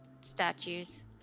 statues